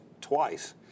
twice